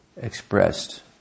expressed